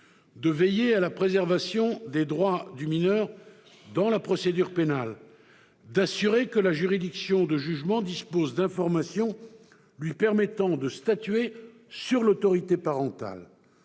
de veiller à la préservation des droits du mineur dans la procédure pénale et de s'assurer que la juridiction de jugement dispose d'informations lui permettant de statuer sur l'autorité parentale.